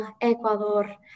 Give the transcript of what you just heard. Ecuador